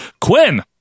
Quinn